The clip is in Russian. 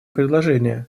предложение